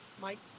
Mike